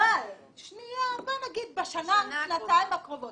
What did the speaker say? אולי בשנה שנתיים הקרובות.